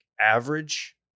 average